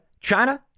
China